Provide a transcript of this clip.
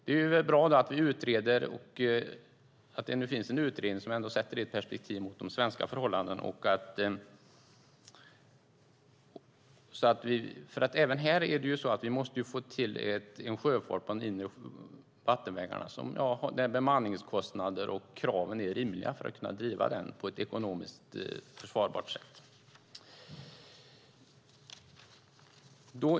Därför är det bra att det finns en utredning som sätter det i perspektiv till de svenska förhållandena, för även här måste vi ju få till en sjöfart på de inre vattenvägarna. Det handlar om bemanningskostnader och om att kraven är rimliga för att kunna driva den på ett ekonomiskt försvarbart sätt.